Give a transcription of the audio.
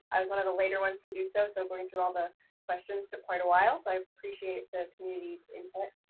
i was one of the later ones to do so. so going through all the questions took quite a while. so i appreciate the community's input,